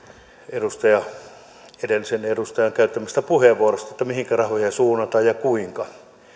edellisen edustajan käyttämän puheenvuoron aiheesta mihinkä rahoja suunnataan ja kuinka